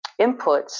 inputs